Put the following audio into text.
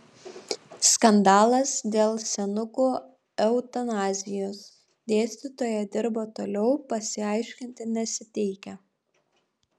skandalas dėl senukų eutanazijos dėstytoja dirba toliau pasiaiškinti nesiteikia